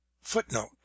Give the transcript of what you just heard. Footnote